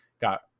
got